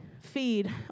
feed